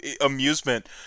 amusement